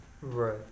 Right